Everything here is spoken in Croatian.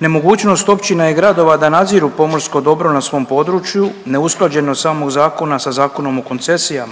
nemogućnost općina i gradova da nadziru pomorsko dobro na svom području, neusklađenost samog zakona sa Zakonom o koncesiji,